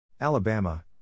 Alabama